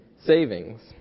savings